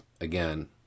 again